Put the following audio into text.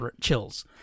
chills